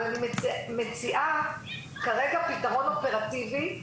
אבל אני מציעה כרגע פתרון אופרטיבי,